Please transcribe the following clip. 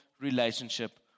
relationship